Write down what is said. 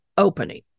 opening